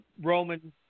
Roman